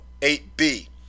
8B